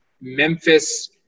Memphis